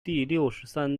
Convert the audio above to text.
第六十三